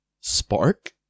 spark